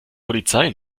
polizei